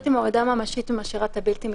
הייתי מורידה ממשית ומשאירה את הבלתי מידתית.